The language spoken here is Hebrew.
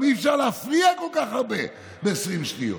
גם אי-אפשר להפריע כל כך הרבה ב-20 שניות.